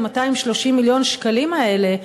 את 230 מיליון השקלים האלה,